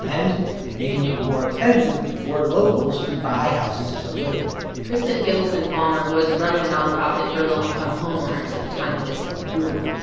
and making it more expensive for locals to buy houses to live in kristin giselson palmer was running a nonprofit for low-income homeowners at the time of this boom.